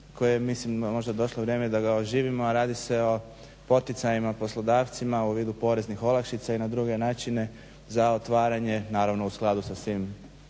koje mislim da je možda došlo vrijeme da ga oživimo, a radi se o poticajima poslodavcima u vidu poreznih olakšica i na druge načine za otvaranje naravno u skladu sa svim